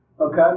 okay